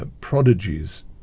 prodigies